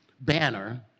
banner